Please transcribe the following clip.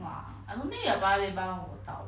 !wah! I don't think you are via labour 舞蹈